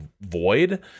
void